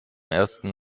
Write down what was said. ersten